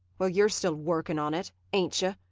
well, you're still workin' on it, ain't you,